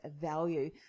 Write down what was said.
value